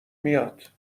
میاد